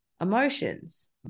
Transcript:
emotions